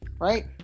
right